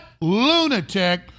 lunatic